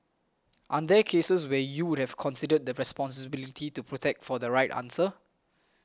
aren't there cases where you would have considered the responsibility to protect for the right answer